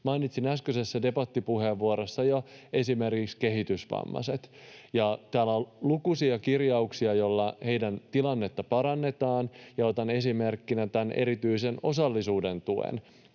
Mainitsin äskeisessä debattipuheenvuorossa jo esimerkiksi kehitysvammaiset. Täällä on lukuisia kirjauksia, joilla heidän tilannettaan parannetaan. Otan esimerkkinä tämän erityisen osallisuuden tuen,